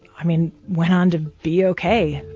i mean, went on to be ok.